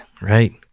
right